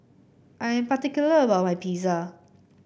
I am particular about my Pizza